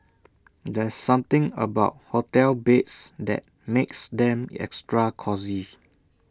there's something about hotel beds that makes them extra cosy